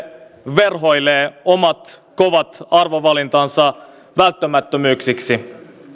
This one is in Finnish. verhoilee omat kovat arvovalintansa välttämättömyyksiksi